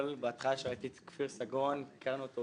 בהתחלה כשראיתי את כפיר סגרון, הכרנו אותו